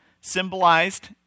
symbolized